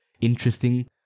interesting